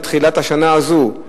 בתחילת השנה הזו,